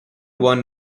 won